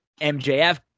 MJF